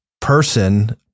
person